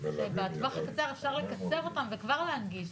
שבטווח הקצר אפשר לקצר אותם וכבר להנגיש,